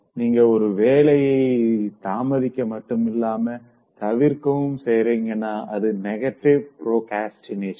நீங்க ஒரு வேலைய தாமதிக்க மட்டுமில்லாம தவிர்க்கவும் செய்றீங்கனா அது நெகட்டிவ் ப்ரோக்ரஸ்டினேஷன்